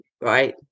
right